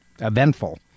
eventful